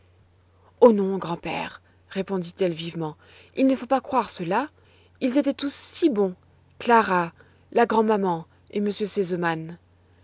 oh non grand-père répondit-elle vivement il ne faut pas croire cela ils étaient tous si bons clara la grand'maman et